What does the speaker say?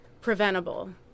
preventable